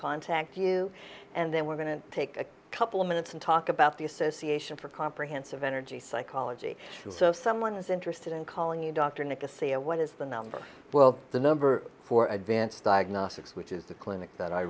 contact you and then we're going to take a couple minutes and talk about the association for comprehensive energy psychology so if someone is interested in calling you dr nicosia what is the number well the number for advanced diagnostics which is the clinic that i